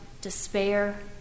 despair